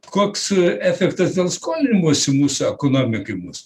koks efektas dėl skolinimosi mūsų ekonomikai bus